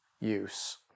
use